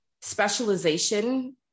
specialization